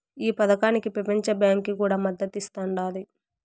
ఈ పదకానికి పెపంచ బాంకీ కూడా మద్దతిస్తాండాది